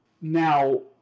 Now